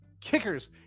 kickers